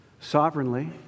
Sovereignly